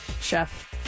Chef